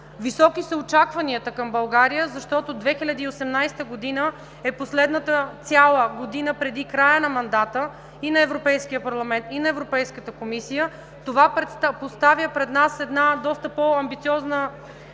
Високи са очакванията към България, защото 2018 г. е последната цяла година преди края на мандата и на Европейския парламент, и на Европейската комисия. Това поставя пред нас една доста по-амбициозна, бих